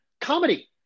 comedy